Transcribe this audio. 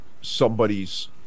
somebody's